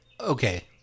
Okay